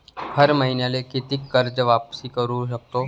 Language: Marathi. हर मईन्याले कितीक कर्ज वापिस करू सकतो?